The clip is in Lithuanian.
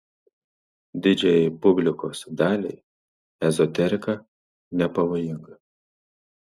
didžiajai publikos daliai ezoterika nepavojinga